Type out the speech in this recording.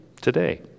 today